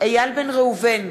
איל בן ראובן,